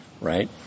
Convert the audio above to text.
right